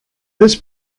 this